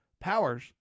powers